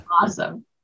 awesome